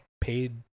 paid